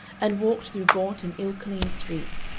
and walked through gaunt and ill-cleaned streets,